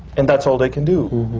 and that's all they can do.